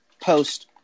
post